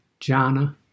Jhana